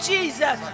Jesus